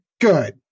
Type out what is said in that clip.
Good